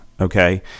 okay